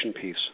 piece